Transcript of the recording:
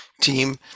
team